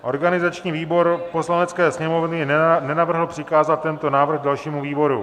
Organizační výbor Poslanecké sněmovny nenavrhl přikázat tento návrh dalšímu výboru.